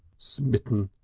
smitten.